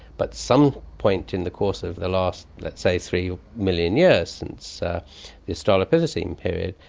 but some point in the course of the last, let's say, three million years since the australopithecine period,